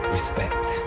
Respect